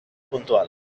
puntuals